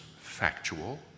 factual